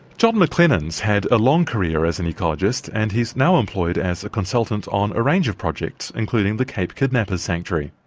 john mclennan has had a long career as an ecologist and he's now employed as a consultant on a range of projects, including the cape kidnappers sanctuary.